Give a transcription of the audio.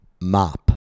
mop